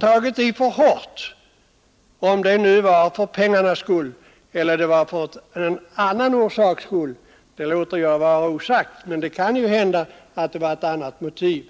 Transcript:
tagit i för hårt — om det nu var för pengarnas skull eller om det var av någon annan orsak låter jag vara osagt, men det kan ju hända att det var något annat motiv.